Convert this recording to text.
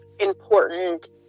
important